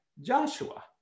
Joshua